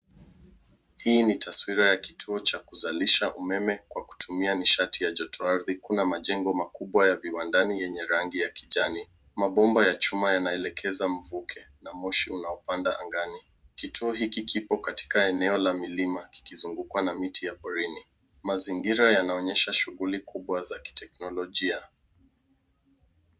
Hii ni taswira ya kituo cha kuzalisha umeme kwa kutumia nishati ya joto ardhi. Kuna majengo makubwa ya viwandani yenye rangi ya kijani. Mabomba ya chuma yanaelekeza mvuke na moshi unaopanda angani. Kituo hiki kipo katika eneo la milima kikizungukwa na miti ya porini. Mazingira yanaonyesha shughuli kubwa za teknolojia.